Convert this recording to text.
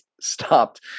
stopped